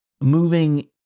moving